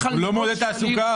הוא לא מעודד תעסוקה.